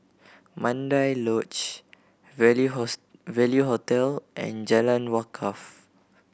Mandai Lodge Value Value Hotel and Jalan Wakaff